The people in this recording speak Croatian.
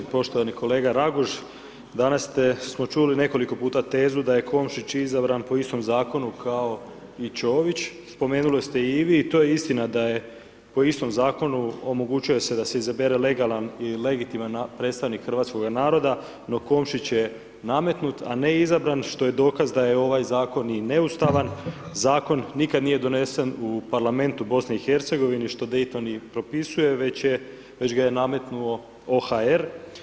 Poštovani kolega Raguž, danas smo čuli nekoliko puta tezu da je Komšić izabran po istom zakonu kao i Čović, spomenuli ste i vi i to je istina da po istom zakonu omogućuje se da se izabere legalan i legitiman predstavnik hrvatskoga naroda no Komšić je nametnut a ne izabran što je dokaz da je ovaj zakon i neustavan zakon, nikad nije donesen u Parlamentu BiH-a što Dayton i propisuje već ga je nametnuo OHR.